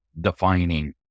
defining